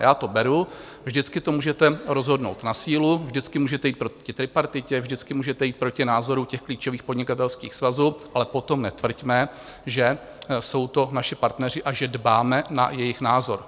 Já to beru, vždycky to můžete rozhodnout na sílu, vždycky můžete jít proti tripartitě, vždycky můžete jít proti názoru těch klíčových podnikatelských svazů, ale potom netvrďme, že jsou to naši partneři a že dbáme na jejich názor.